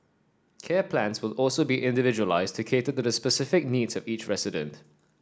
care plans will also be individualised to cater to the specific needs of each resident